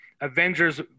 avengers